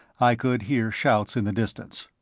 i could hear shouts in the distance.